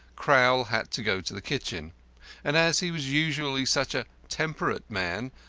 crowl had to go to the kitchen and as he was usually such a temperate man,